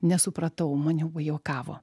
nesupratau maniau juokavo